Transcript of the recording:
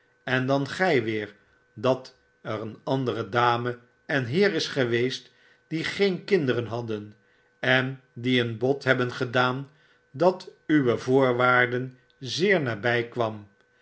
en dan gij weer dat er een andere dame en heer is geweest die geen kinderen hadden en die een bod hebben gedaan dat uwe voorwaarden zeer naby kwam